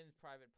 private